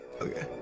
Okay